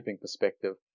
perspective